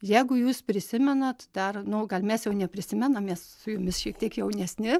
jeigu jūs prisimenat dar nu gal mes jau neprisimenam mes su jumis šiek tiek jaunesni